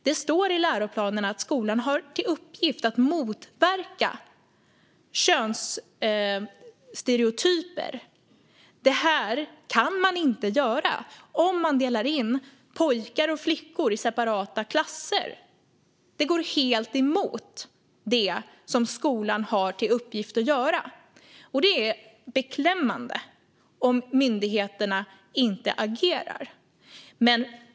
Det står i läroplanen att skolan har till uppgift att motverka könsstereotyper. Det kan man inte göra om man delar in pojkar och flickor i separata klasser. Det går helt emot det som skolan har till uppgift att göra, och det är beklämmande om myndigheterna inte agerar mot detta.